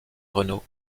renault